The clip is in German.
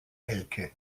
elke